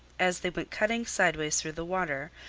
as they went cutting sidewise through the water,